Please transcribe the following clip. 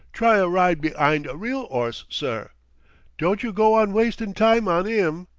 try a ride be'ind a real orse, sir don't you go on wastin' time on im.